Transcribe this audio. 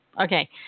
Okay